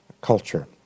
culture